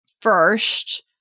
first